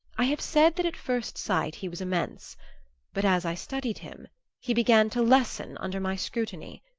i have said that at first sight he was immense but as i studied him he began to lessen under my scrutiny.